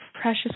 precious